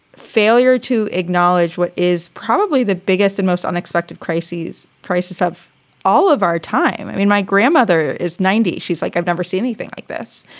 failure to acknowledge what is probably the biggest and most unexpected crises crisis of all of our time. i mean, my grandmother is ninety. she's like, i've never seen anything like this.